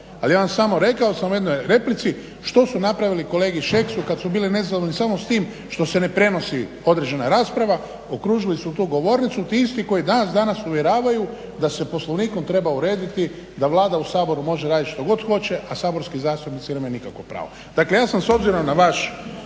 ali ja vam samo, rekao sam u jednoj replici što su napravili kolegi Šeksu kad su bili nezadovoljni samo s tim što se ne prenosi određena rasprava, okružili su tu govornicu ti isti koji nas danas uvjeravaju da se Poslovnikom treba urediti da Vlada u Saboru može raditi što god hoće, a saborski zastupnici nemaju nikakvo pravo. Dakle, ja sam s obzirom na vaše